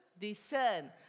discern